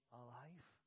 alive